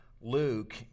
Luke